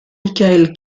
michael